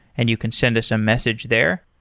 and you can send us a message there.